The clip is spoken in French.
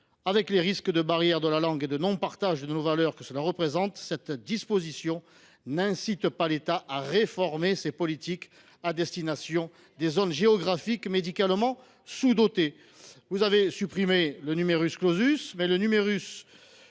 avec les risques de barrière de la langue et de non partage de nos valeurs que cela représente. Cette disposition n’incite pas l’État à réformer ses politiques à destination des zones géographiques médicalement sous dotées. Vous avez supprimé le, mais le qui